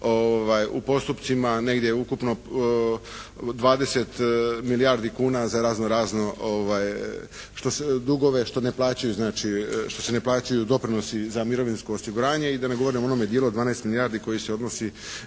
u postupcima negdje ukupno 20 milijardi kuna za razno razne dugove što se ne plaćaju doprinosi za mirovinsko osiguranje i da ne govorim o onome dijelu od 12 milijardi koji se odnosi